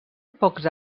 pocs